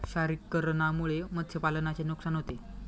क्षारीकरणामुळे मत्स्यपालनाचे नुकसान होते